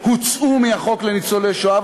הוצאו מחוק הטבות לניצולי שואה,